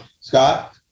Scott